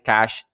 Cash